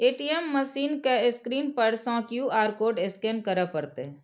ATM machine के screen पर सं क्यू.आर कोड स्कैन करय पड़तै